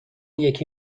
یکی